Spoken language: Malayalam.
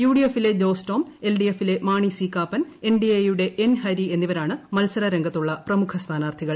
യു ഡി എഫിലെ ജോസ് ട്ടോം എൽ ഡി എഫിലെ Mani C Kappan N D A യുടെ എൻ ഹരി എന്നിവരാണ് മത്സര രംഗത്തുള്ള പ്രമുഖ സ്ഥാനാർത്ഥികൾ